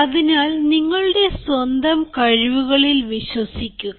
അതിനാൽ നിങ്ങളുടെ സ്വന്തം കഴിവുകളിൽ വിശ്വസിക്കുക